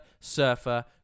surfer